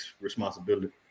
responsibility